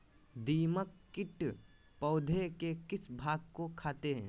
दीमक किट पौधे के किस भाग को खाते हैं?